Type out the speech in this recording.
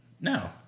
No